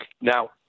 Now